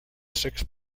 six